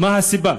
מה הסיבה?